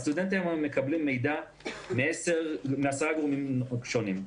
הסטודנטים היום מקבלים מידע מעשרה גורמים שונים.